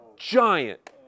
giant